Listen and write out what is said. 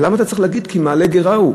אז למה אתה צריך להגיד "כי מעלה גרה הוא"?